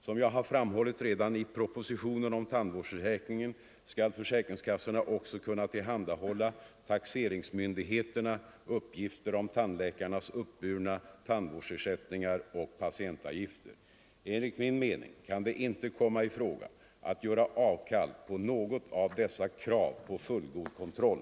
Som jag har framhållit redan i propositionen om tandvårdsförsäkringen skall försäkringskassorna också kunna tillhandahålla taxeringsmyndigheterna uppgifter om tandläkarnas uppburna tandvårdsersättningar och patientavgifter. Enligt min mening kan det inte komma i fråga att göra avkall på något av dessa krav på fullgod kontroll.